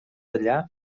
allà